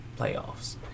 Playoffs